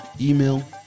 email